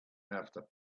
after